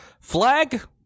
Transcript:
flag